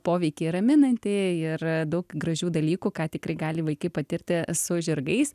poveikį raminanti ir daug gražių dalykų ką tikrai gali vaikai patirti su žirgais